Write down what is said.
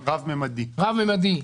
רב-ממדי,